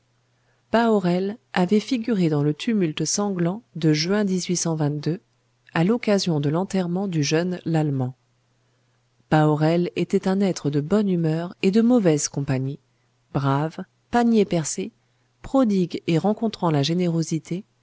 bahorel avait figuré dans le tumulte sanglant de juin à l'occasion de l'enterrement du jeune lallemand bahorel était un être de bonne humeur et de mauvaise compagnie brave panier percé prodigue et rencontrant la générosité